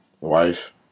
wife